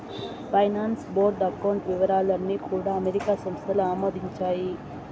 finance board account వివరాలు అన్నీ కూడా అమెరికా సంస్థలు ఆమోదించాయి